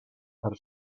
per